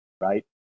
right